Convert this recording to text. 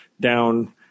down